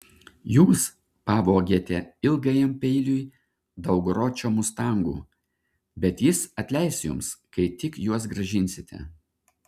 jūs pavogėte ilgajam peiliui daug ročio mustangų bet jis atleis jums kai tik juos grąžinsite